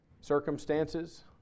circumstances